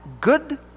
good